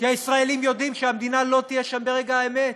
כי הישראלים יודעים שהמדינה לא תהיה שם ברגע האמת,